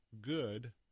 good